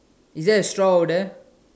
is there a straw over there